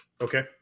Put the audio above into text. Okay